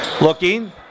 Looking